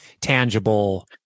tangible